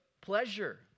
pleasure